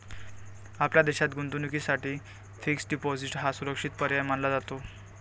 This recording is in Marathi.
आपल्या देशात गुंतवणुकीसाठी फिक्स्ड डिपॉजिट हा सुरक्षित पर्याय मानला जातो